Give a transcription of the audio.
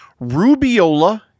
Rubiola